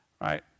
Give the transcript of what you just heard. right